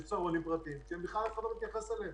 יש צהרונים פרטיים שאף אחד לא מתייחס אליהם.